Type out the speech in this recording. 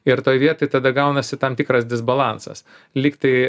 ir toj vietoj tada gaunasi tam tikras disbalansas lyg tai